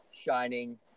Shining